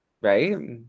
Right